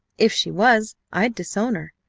if she was i'd disown her.